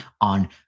on